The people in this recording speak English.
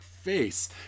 face